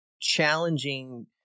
challenging